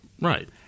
Right